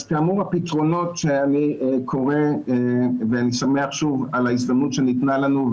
אז כאמור הפתרונות שאני קורא ואני שמח שוב על ההזדמנות שניתנה לנו,